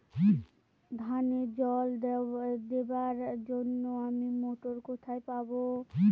ধানে জল দেবার জন্য আমি মটর কোথায় পাবো?